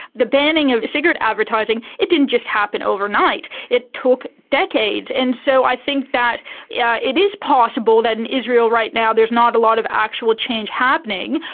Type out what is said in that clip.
the banning of cigarette advertising, it didn't just happen overnight, it took decades. and so i think that yeah it is possible that in israel right now there's not a lot of actual change happening.